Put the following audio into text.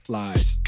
lies